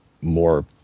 more